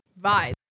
vibe